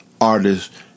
artists